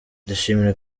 ndashimira